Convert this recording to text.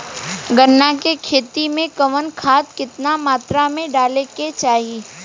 गन्ना के खेती में कवन खाद केतना मात्रा में डाले के चाही?